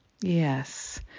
Yes